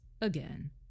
again